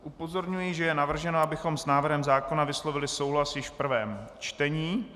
Upozorňuji, že je navrženo, abychom s návrhem zákona vyslovili souhlas již v prvém čtení.